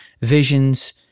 visions